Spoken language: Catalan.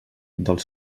dels